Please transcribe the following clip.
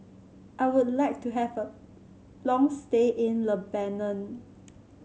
I would like to have a long stay in Lebanon